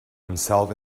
himself